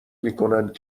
میکنند